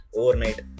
overnight